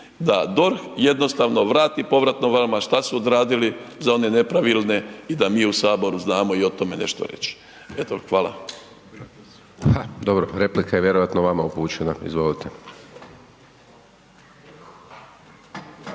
da DORH jednostavno vrati povratno vama šta su odradili za one nepravilne i da mi u Saboru znamo i o tome nešto reći. Eto hvala. **Hajdaš Dončić, Siniša (SDP)** Dobro, replika je vjerojatno vama upućena, izvolite.